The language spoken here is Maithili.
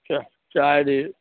चऽ चारि